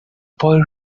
boy